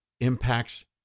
impacts